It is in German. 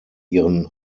ihren